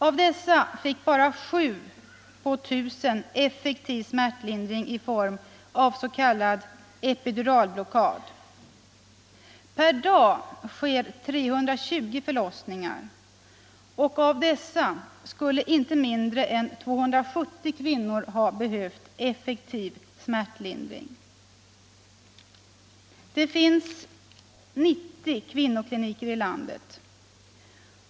Av dessa fick bara 7 av 1 000 effektiv smärtlindring i form av s.k. epiduralblockad. Per dag sker 320 förlossningar, och av dessa behöver inte mindre än 270 kvinnor effektiv smärtlindring. Det finns 90 kvinnokliniker i landet.